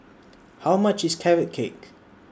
How much IS Carrot Cake